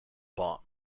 bomb